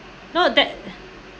no that